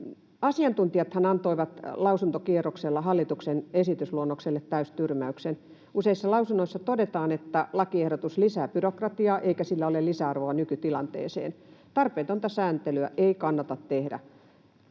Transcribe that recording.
asiantuntijathan antoivat lausuntokierroksella hallituksen esitysluonnokselle täystyrmäyksen. Useissa lausunnoissa todetaan, että lakiehdotus lisää byrokratiaa eikä se tuo lisäarvoa nykytilanteeseen. Tarpeetonta sääntelyä ei kannata tehdä.